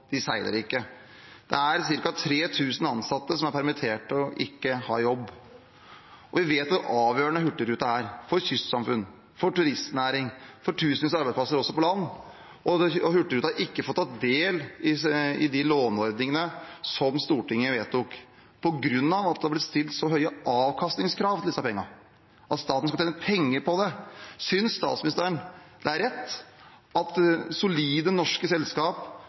De seiler ikke. Det er ca. 3 000 ansatte som er permittert og ikke har jobb. Vi vet hvor avgjørende Hurtigruten er for kystsamfunn, for turistnæring, for tusenvis av arbeidsplasser også på land, og Hurtigruten har ikke fått ta del i de låneordningene som Stortinget vedtok, på grunn av at det har blitt stilt så høye avkastningskrav til disse pengene at staten skal tjene penger på det. Synes statsministeren det er rett at et solid norsk selskap